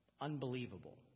unbelievable